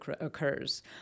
occurs